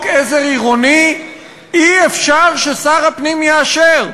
עזר עירוני אי-אפשר ששר הפנים יאשר.